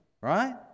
right